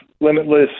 limitless